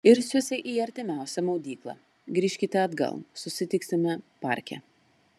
irsiuosi į artimiausią maudyklą grįžkite atgal susitiksime parke